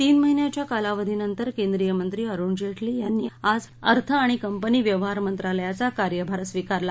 तीन महिन्याच्या कालावधीनंतर केंद्रीय मंत्री अरुण जेटली यांनी आज अर्थ आणि कंपनी व्यवहार मंत्रालयाचा कार्यभार स्वीकारला